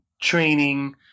training